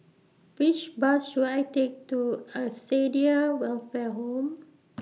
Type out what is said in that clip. Which Bus should I Take to Acacia Welfare Home